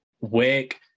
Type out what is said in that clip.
work